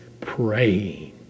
praying